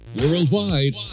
Worldwide